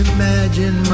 Imagine